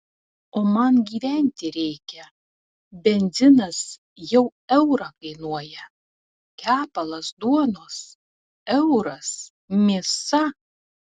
o man gyventi reikia benzinas jau eurą kainuoja kepalas duonos euras mėsa